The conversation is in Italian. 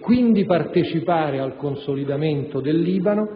quindi partecipare al consolidamento del Libano,